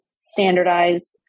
standardized